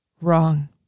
wrong